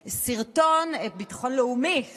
חוץ מאותם אנשים שחיפשו לעשות פרובוקציות,